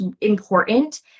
important